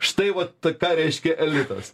štai vat tai ką reiškia elitas